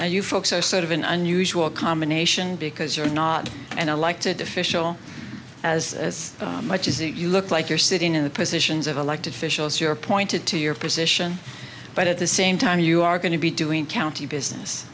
and you folks are sort of an unusual combination because you're not an elected official as much as it you look like you're sitting in the positions of elected officials you're appointed to your position but at the same time you are going to be doing county business